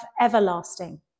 everlasting